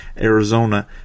Arizona